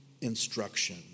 instruction